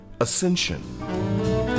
Ascension